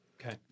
Okay